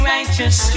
righteous